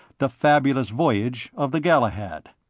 the fabulous voyage of the galahad.